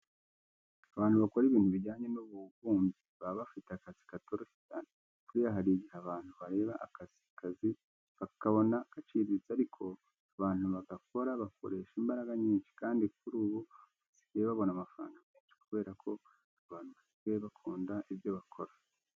Abantu bakora ibintu bijyanye n'ububumbyi baba bafite akazi katoroshye cyane. Buriya hari igihe abantu bareba aka kazi bakabona karaciriritse ariko abantu bagakora bakoresha imbaraga nyinshi, kandi kuri ubu basigaye babona amafaranga menshi kubera ko abantu basigaye bakunda ibyo bakora.